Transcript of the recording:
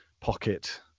pocket